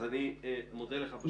אז אני מודה לך.